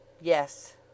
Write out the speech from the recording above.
Yes